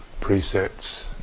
precepts